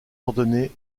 ordonnée